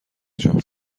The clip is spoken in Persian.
جون